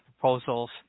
proposals